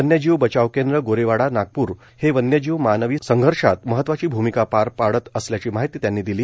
वन्यजीव बचाव केंद्र गोरेवाडा नागप्र हे वन्यजीव मानवी संघर्षात महत्वाची भूमिका पार पाडत असल्याची माहिती त्यांनी दिली